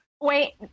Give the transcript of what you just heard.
Wait